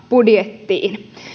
budjettiin